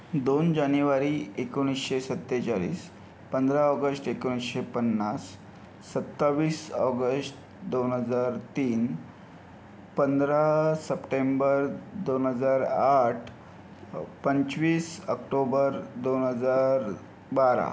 दोेन जानेवारी एकोणिसशे सत्तेचाळीस पंधरा ऑगस्ट एकोणिसशे पन्नास सत्तावीस ऑगस्ट दोन हजार तीन पंधरा सप्टेंबर दोन हजार आठ पंचवीस आक्टोबर दोन हजार बारा